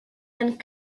and